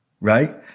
right